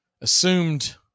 assumed